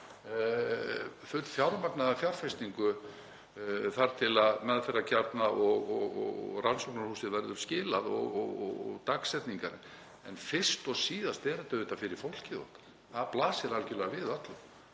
fullfjármagnaða fjárfestingu þar til meðferðarkjarna og rannsóknarhúsi verður skilað og þær dagsetningar. En fyrst og síðast er þetta auðvitað fyrir fólkið okkar, það blasir algerlega við öllum.